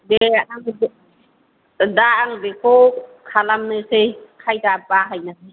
दे आं दा आं बेखौ खालामनोसै खायदा बाहायनानै